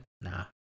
Nah